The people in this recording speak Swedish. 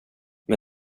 men